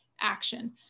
action